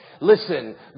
Listen